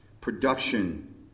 Production